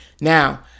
Now